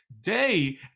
day